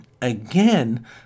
again